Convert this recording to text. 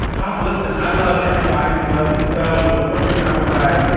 i don't listen i love everybody who loves themselves. but for some reason, i was like,